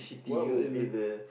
what would be the